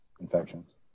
infections